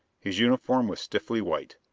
his uniform was stiffly white,